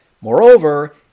Moreover